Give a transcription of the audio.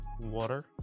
water